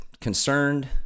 Concerned